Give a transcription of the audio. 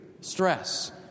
stress